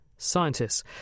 Scientists